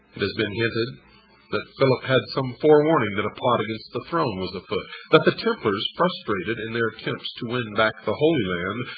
it has been hinted that philip had some forewarning that a plot against the throne was afoot that the templars, frustrated in their attempts to win back the holy land,